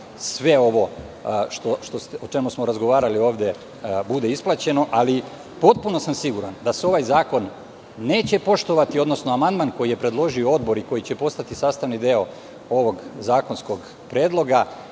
sve ovo o čemu smo razgovarali ovde, bude isplaćeno. Potpuno sam siguran da se ovaj zakon neće poštovati, odnosno amandman koji je predložio Odbor i koji će postati sastavni deo ovog zakonskog predloga,